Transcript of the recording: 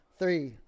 three